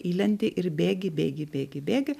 įlendi ir bėgi bėgi bėgi bėgi